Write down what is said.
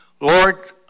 Lord